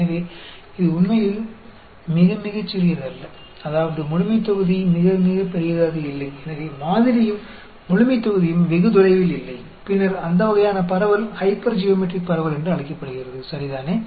hypergeometric distribution देता है सभी संभव मूल्यों का सेट अधिकांश परिमित या संभावित मूल्यों की गणना योग्य अनंत संख्या में